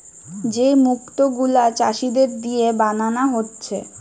যে মুক্ত গুলা চাষীদের দিয়ে বানানা হচ্ছে